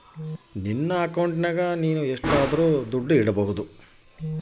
ನನ್ನ ಅಕೌಂಟಿನಾಗ ಅಂದಾಜು ಎಷ್ಟು ದುಡ್ಡು ಇಡಬೇಕಾ?